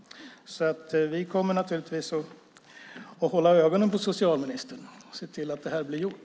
Vi kommer naturligtvis att hålla ögonen på socialministern och se till att det blir gjort.